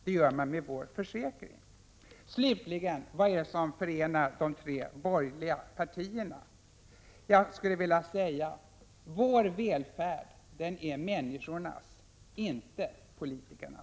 Det gör man med vår försäkring. Slutligen: Vad är det som förenar de tre borgerliga partierna? Jag skulle vilja säga: Vår välfärd är människornas, inte politikernas!